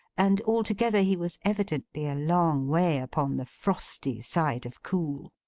and altogether he was evidently a long way upon the frosty side of cool.